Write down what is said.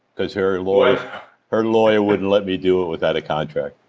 cause her lawyer her lawyer wouldn't let me do it without a contract.